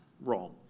wrong